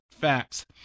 facts